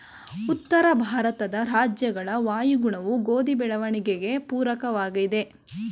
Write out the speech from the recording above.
ಉತ್ತರ ಭಾರತದ ರಾಜ್ಯಗಳ ವಾಯುಗುಣವು ಗೋಧಿ ಬೆಳವಣಿಗೆಗೆ ಪೂರಕವಾಗಿದೆ,